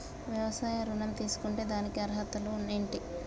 వ్యవసాయ ఋణం తీసుకుంటే దానికి అర్హతలు ఏంటి?